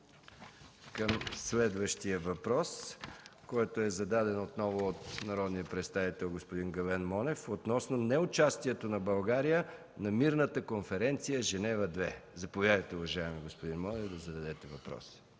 към следващия въпрос, който е зададен от народния представител господин Гален Монев – относно неучастието на България на Мирната конференция „Женева 2”. Заповядайте, уважаеми господин Монев, да зададете въпроса.